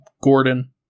Gordon